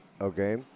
okay